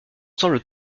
ensemble